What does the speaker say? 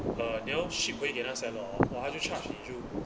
uh 你要 ship 回那个 seller hor !wah! 他就 charge 你又贵